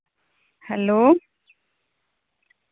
hello